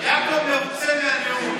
יעקב מרוצה מהנאום שלך.